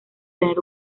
tener